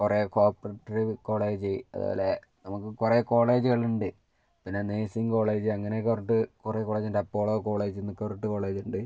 കുറെ cooperative college അതേപോലെ നമുക്ക് കുറെ കോളേജ്കള്ണ്ട് പിന്നെ നേസിംഗ് കോളേജ് അങ്ങനൊക്കെ പറഞ്ഞിട്ട് കുറെ കോളേജ്ണ്ട് അപ്പോഴോ കോളേജ്ന്നെക്കറട്ട് കോളേജ്ണ്ട്